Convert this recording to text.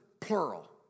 plural